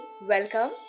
welcome